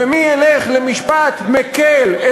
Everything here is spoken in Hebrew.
ומי ילך למשפט מקל,